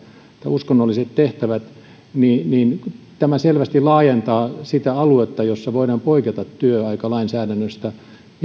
uskonnolliset tehtävät niin tämä selvästi laajentaa sitä aluetta jossa voidaan poiketa työaikalainsäädännöstä